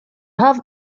have